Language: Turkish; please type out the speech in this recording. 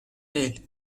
değil